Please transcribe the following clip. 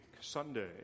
Sunday